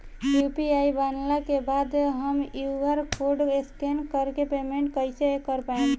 UPI बनला के बाद हम क्यू.आर कोड स्कैन कर के पेमेंट कइसे कर पाएम?